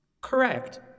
Correct